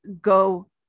go